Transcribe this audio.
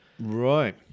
Right